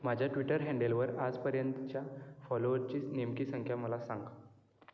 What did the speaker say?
माझ्या ट्विटर हँडेलवर आजपर्यंतच्या फॉलोवरची नेमकी संख्या मला सांग